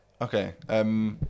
Okay